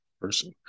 person